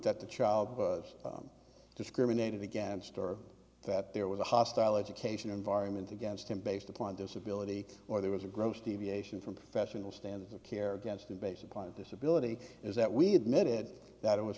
that the child was discriminated against or that there was a hostile education environment against him based upon disability or there was a gross deviation from professional standards of care against him based upon disability is that we admitted that